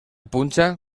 punxa